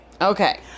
Okay